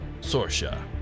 Sorsha